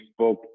Facebook